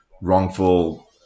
wrongful